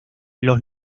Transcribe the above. los